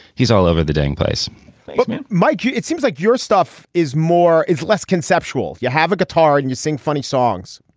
he's all over the damn place mike, it seems like your stuff is more is less conceptual. you have a guitar and you sing funny songs.